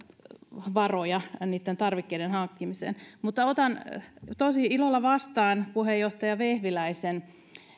varoja tarvikkeiden hankkimiseen mutta otan tosi ilolla vastaan puheenjohtaja vehviläisen